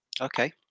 Okay